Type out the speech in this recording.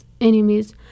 enemies